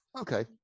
Okay